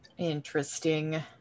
interesting